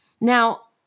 Now